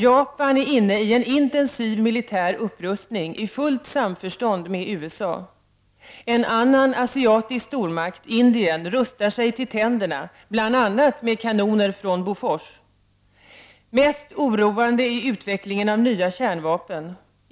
Japan är inne i en intensiv militär upprustning, i fullt samförstånd med USA. En annan asiatisk stormakt, Indien, rustar sig till tänderna, bl.a. med kanoner från Bofors. Mest orande är utvecklingen av nya kärnvapen.